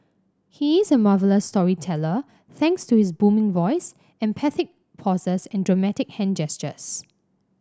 he is a marvellous storyteller thanks to his booming voice emphatic pauses and dramatic hand gestures